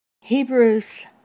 Hebrews